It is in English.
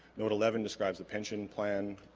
note eleven describes the pension plan